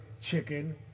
chicken